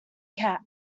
cap